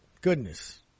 goodness